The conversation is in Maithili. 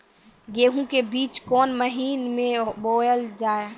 गेहूँ के बीच कोन महीन मे बोएल जाए?